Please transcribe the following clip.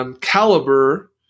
Caliber